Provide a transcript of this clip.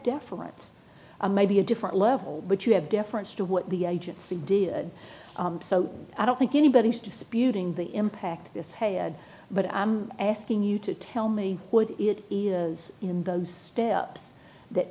deference a maybe a different level but you have deference to what the agency did so i don't think anybody's disputing the impact this head but i'm asking you to tell me what it was in those steps that